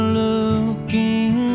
looking